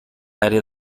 área